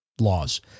laws